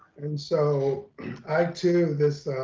and so i, to this,